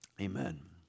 Amen